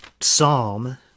psalm